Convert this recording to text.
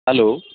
hello